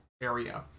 area